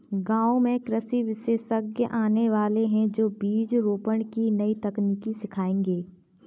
गांव में कृषि विशेषज्ञ आने वाले है, जो बीज रोपण की नई तकनीक सिखाएंगे